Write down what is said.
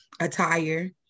attire